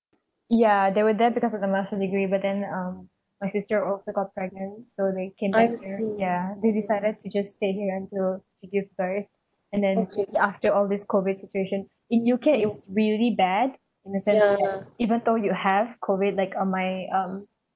ya they were there because of the masters degree but then um my sister also got pregnant so they came back here ya they decided to just stay here until she gives birth and then after all this COVID situation in U_K it was really bad in the sense that even though you have COVID like uh my um